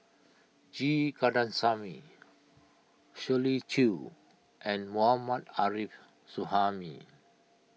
G Kandasamy Shirley Chew and Mohammad Arif Suhaimi